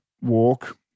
walk